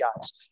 guys